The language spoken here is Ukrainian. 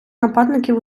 нападників